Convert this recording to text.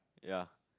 ya